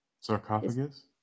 Sarcophagus